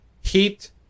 heat